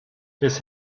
his